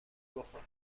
بخورم